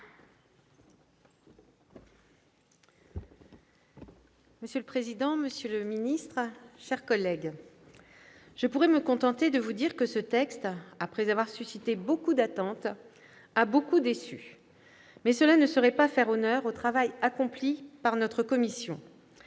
Monsieur le président, monsieur le secrétaire d'État, chers collègues, je pourrais me contenter de vous dire que ce texte, après avoir suscité beaucoup d'attentes, a beaucoup déçu, mais cela ne serait pas faire honneur au travail accompli par notre commission.